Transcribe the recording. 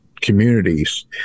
communities